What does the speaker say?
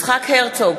יצחק הרצוג,